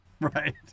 Right